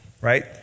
right